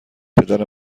پدر